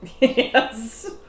Yes